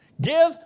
Give